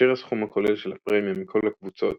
כאשר הסכום הכולל של הפרמיה מכל הקבוצות,